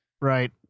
Right